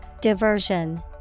Diversion